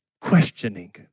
Questioning